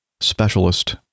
specialist